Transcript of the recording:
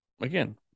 again